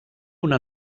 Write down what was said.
una